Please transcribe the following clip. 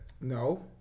no